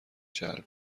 جلب